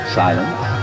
silence